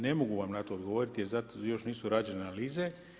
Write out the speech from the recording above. Ne mogu vam na to odgovoriti jer još nisu rađene analize.